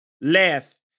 left